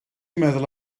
meddwl